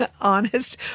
honest